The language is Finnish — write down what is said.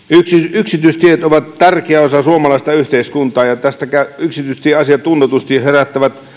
yksityistiet ovat tärkeä osa suomalaista yhteiskuntaa ja yksityistieasiat tunnetusti herättävät